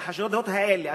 החשדות האלה,